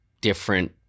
different